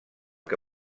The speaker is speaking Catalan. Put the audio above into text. que